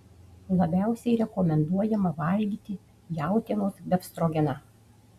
labiausiai rekomenduojama valgyti jautienos befstrogeną